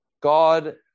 God